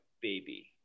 baby